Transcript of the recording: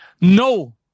No